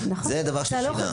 זה הדבר ששינה.